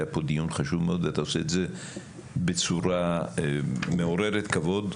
שהיה פה דיון חשוב מאוד ואתה עושה את זה בצורה מעוררת כבוד.